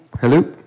Hello